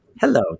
Hello